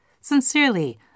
Sincerely